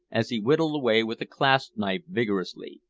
as he whittled away with the clasp-knife vigorously,